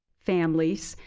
families,